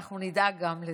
אנחנו נדאג גם לזה.